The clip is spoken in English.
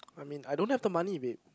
I mean I don't have the money babe